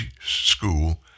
school